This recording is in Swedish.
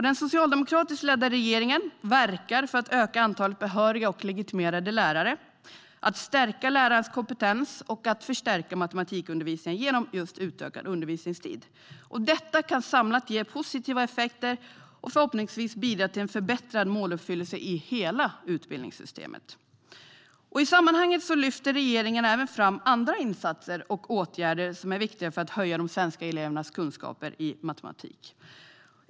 Den socialdemokratiskt ledda regeringen verkar för att öka antalet behöriga och legitimerade lärare, stärka lärarnas kompetens och förstärka matematikundervisningen genom just utökad undervisningstid. Detta kan samlat ge positiva effekter och förhoppningsvis bidra till en förbättrad måluppfyllelse i hela utbildningssystemet. I sammanhanget lyfter regeringen även fram andra insatser och åtgärder som är viktiga för att höja de svenska elevernas kunskaper i matematik.